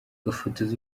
gafotozi